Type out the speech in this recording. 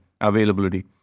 availability